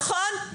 נכון?